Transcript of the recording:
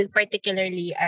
particularly